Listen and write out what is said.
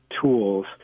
tools